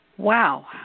Wow